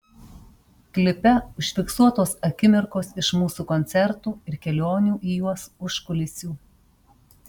klipe užfiksuotos akimirkos iš mūsų koncertų ir kelionių į juos užkulisių